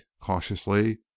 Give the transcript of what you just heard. cautiously